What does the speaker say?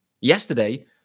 yesterday